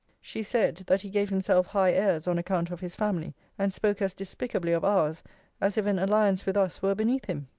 she said, that he gave himself high airs on account of his family and spoke as despicably of ours as if an alliance with us were beneath him.